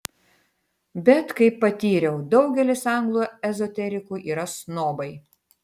bet kaip patyriau daugelis anglų ezoterikų yra snobai